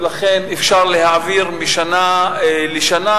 ולכן אפשר להעביר משנה לשנה,